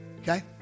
okay